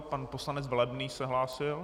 Pan poslanec Velebný se hlásil?